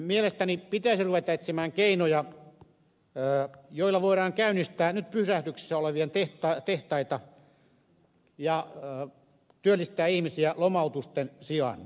mielestäni pitäisi ruveta etsimään keinoja joilla voidaan käynnistää nyt pysähdyksissä olevia tehtaita ja työllistää ihmisiä lomautusten sijaan